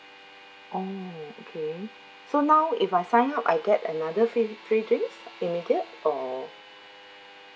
oh okay so now if I sign up I get another free free drinks immediate or